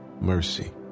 mercy